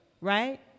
right